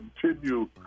continue